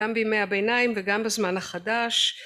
גם בימי הביניים וגם בזמן החדש